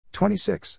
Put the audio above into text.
26